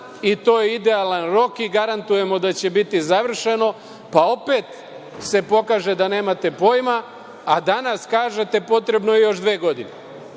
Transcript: i to je idealan rok i garantujemo da će biti završeno, pa opet se pokaže da nemate pojma, a danas kažete – potrebno je još dve godine. Mi